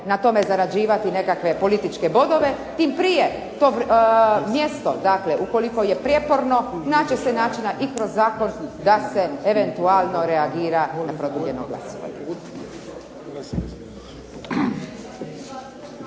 na tome zarađivati nekakve političke bodove. Tim prije to mjesto ukoliko je prijeporno naći će se načina i kroz zakon da se eventualno reagira na ... **Bebić,